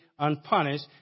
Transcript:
unpunished